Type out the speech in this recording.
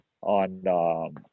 on